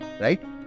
right